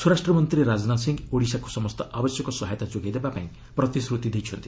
ସ୍ୱରାଷ୍ଟ୍ରମନ୍ତ୍ରୀ ରାଜନାଥ ସିଂ ଓଡ଼ିଶାକୁ ସମସ୍ତ ଆବଶ୍ୟକ ସହାୟତା ଯୋଗାଇ ଦେବାକୁ ପ୍ରତିଶ୍ରୁତି ଦେଇଛନ୍ତି